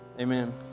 Amen